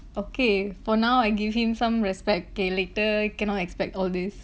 okay for now I give him some respect K later cannot expect all this